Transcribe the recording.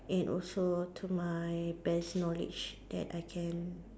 and also to my best knowledge that I can